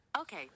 Okay